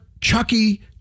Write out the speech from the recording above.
Chucky